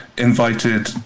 invited